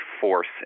force